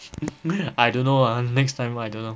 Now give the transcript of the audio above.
I don't know err next time I don't know